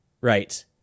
Right